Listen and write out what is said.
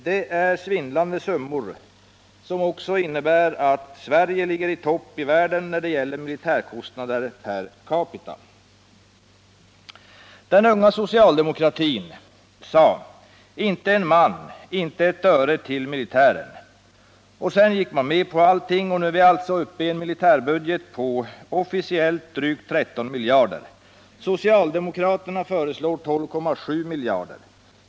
Det är en svindlande summa, som också innebär att Sverige ligger i topp i världen när det gäller militärkostnader per capita. Den unga socialdemokratin sade: Inte en man, inte ett öre till militären! Sedan gick man med på allting, och nu är vi alltså uppe i en militärbudget på officiellt drygt 13 miljarder. Socialdemokratin föreslår 12,7 miljarder.